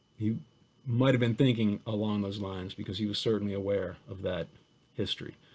you might have been thinking along those lines because he was certainly aware of that history.